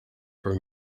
for